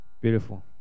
Beautiful